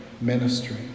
ministry